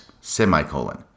semicolon